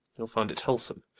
you'l finde it wholesome.